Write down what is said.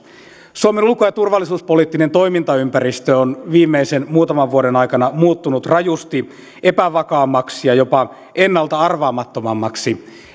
suomen ulko ja turvallisuuspoliittinen toimintaympäristö on viimeisten muutaman vuoden aikana muuttunut rajusti epävakaammaksi ja jopa ennalta arvaamattomammaksi